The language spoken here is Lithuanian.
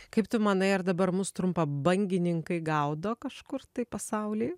kaip tu manai ar dabar mus trumpabangininkai gaudo kažkur pasauly